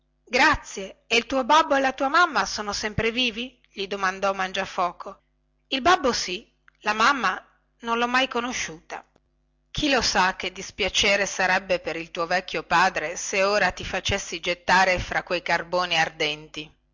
grazie e il tuo babbo e la tua mamma sono sempre vivi gli domandò mangiafoco il babbo sì la mamma non lho mai conosciuta chi lo sa che dispiacere sarebbe per il tuo vecchio padre se ora ti facessi gettare fra quei carboni ardenti